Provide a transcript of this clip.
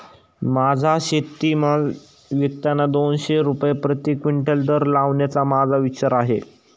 माझा शेतीमाल विकताना दोनशे रुपये प्रति क्विंटल दर लावण्याचा माझा विचार आहे